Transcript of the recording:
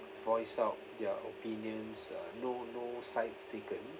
voice out their opinions uh no no sides taken